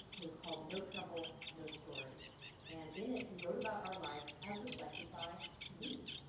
it was called no trouble, no story and in it, he wrote about our life as reflected by me.